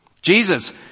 Jesus